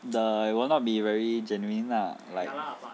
the you will not be very genuine lah like